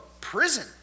prison